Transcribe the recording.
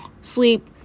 sleep